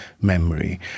memory